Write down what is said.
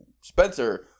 spencer